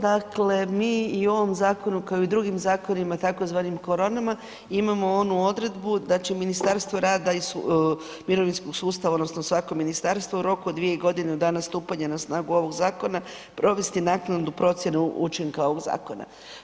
Dakle, mi i u ovom zakonu kao i u drugim zakonima tzv. koronama imamo onu odredbu da će Ministarstvo rada i mirovinskog sustava odnosno svako ministarstvo u roku od 2 godine od dana stupanja na snagu ovog zakona provesti naknadu procjene učinka ovog zakona.